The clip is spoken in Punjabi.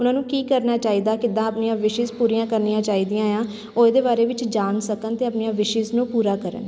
ਉਹਨਾਂ ਨੂੰ ਕੀ ਕਰਨਾ ਚਾਹੀਦਾ ਕਿੱਦਾਂ ਆਪਣੀਆਂ ਵਿਸ਼ਜ਼ ਪੂਰੀਆਂ ਕਰਨੀਆਂ ਚਾਹੀਦੀਆਂ ਆ ਉਹ ਇਹਦੇ ਬਾਰੇ ਵਿੱਚ ਜਾਣ ਸਕਣ ਅਤੇ ਆਪਣੀਆਂ ਵਿਸ਼ਿਜ਼ ਨੂੰ ਪੂਰਾ ਕਰਨ